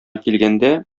килгәндә